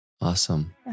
Awesome